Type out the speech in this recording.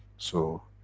so,